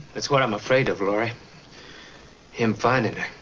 that's what i'm afraid of. and find it